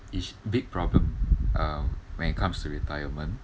is~ big problem uh when it comes to retirement